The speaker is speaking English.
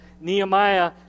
Nehemiah